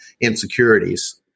insecurities